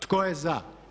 Tko je za?